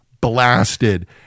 blasted